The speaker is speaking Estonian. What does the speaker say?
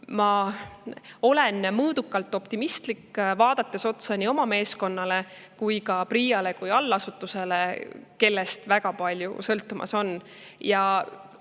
Ma olen mõõdukalt optimistlik, vaadates otsa nii oma meeskonnale kui ka PRIA‑le kui allasutusele, kellest väga palju sõltub. Eks